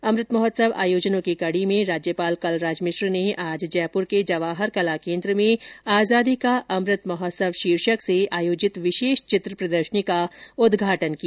अमृत महोत्सव आयोजनों की कड़ी में राज्यपाल कलराज मिश्र ने आज जयपुर के जवाहर कला केंद्र में आजादी का अमृत महोत्सव शीर्षक से आयोजित विशेष चित्र प्रदर्शनी का उदघाटन किया